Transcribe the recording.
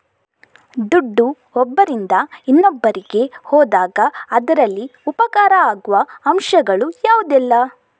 ದುಡ್ಡು ಒಬ್ಬರಿಂದ ಇನ್ನೊಬ್ಬರಿಗೆ ಹೋದಾಗ ಅದರಲ್ಲಿ ಉಪಕಾರ ಆಗುವ ಅಂಶಗಳು ಯಾವುದೆಲ್ಲ?